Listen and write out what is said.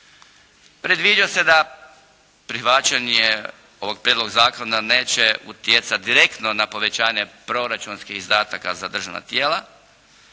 Predviđa se da prihvaćanje ovog prijedloga zakona neće utjecati direktno na povećanje proračunskih izdataka za državna tijela,